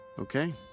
Okay